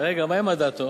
רגע, מה עם אדטו?